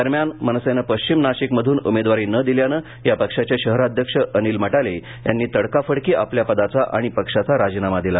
दरम्यान मनसेने पश्चिम नाशिक मधून उमेदवारी न दिल्याने या पक्षाचे शहराध्यक्ष अनिल मटाले यांनी तडकाफडकी आपल्या पदाचा आणि पक्षाचा राजीनामा दिला